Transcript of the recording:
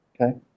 Okay